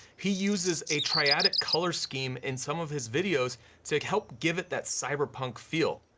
he uses a triadic color scheme in some of his videos to like help give it that cyberpunk feel.